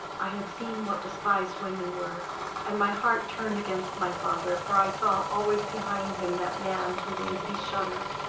i had seen what despised women were and my heart turned against my father, for i saw always behind him that man who made me shudder.